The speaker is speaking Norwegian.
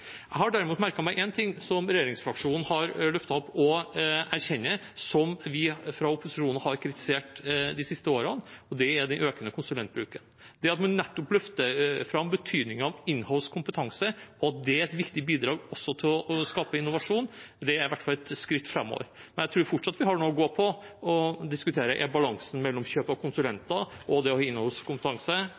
Jeg har derimot merket meg en ting som regjeringsfraksjonen har løftet opp og erkjenner, som vi fra opposisjonen har kritisert de siste årene, og det er den økende konsulentbruken. Det at man nettopp løfter fram betydningen av «in-house» kompetanse, at det er et viktig bidrag også til å skape innovasjon, er i hvert fall et skritt framover. Jeg tror fortsatt vi har noe å gå på, og vi bør diskutere balansen mellom kjøp av konsulenter og det å ha «in-house» kompetanse: